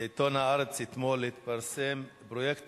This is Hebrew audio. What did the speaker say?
בעיתון "הארץ" אתמול התפרסם פרויקט